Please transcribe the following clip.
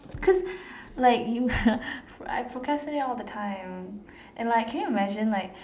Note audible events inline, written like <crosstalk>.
cause like you <laughs> I procrastinate all the time and like can you imagine like